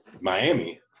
Miami